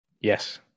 Yes